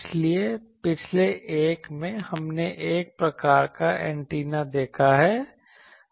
इसलिए पिछले एक में हमने एक प्रकार का एंटीना देखा है